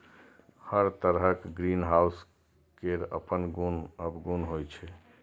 हर तरहक ग्रीनहाउस केर अपन गुण अवगुण होइ छै